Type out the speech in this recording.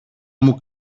μου